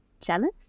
jealous